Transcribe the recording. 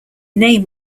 name